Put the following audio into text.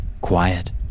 quiet